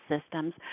systems